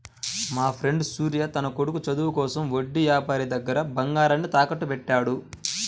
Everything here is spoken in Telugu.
మాఫ్రెండు సూర్య తన కొడుకు చదువుల కోసం వడ్డీ యాపారి దగ్గర బంగారాన్ని తాకట్టుబెట్టాడు